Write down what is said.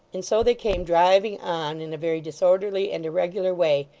and so they came driving on in a very disorderly and irregular way,